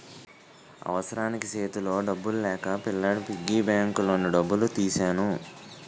అవసరానికి సేతిలో డబ్బులు లేక పిల్లాడి పిగ్గీ బ్యాంకులోని డబ్బులు తీసెను